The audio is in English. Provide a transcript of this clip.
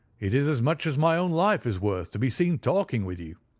it is as much as my own life is worth to be seen talking with you.